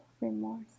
remorse